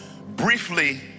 briefly